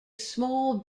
small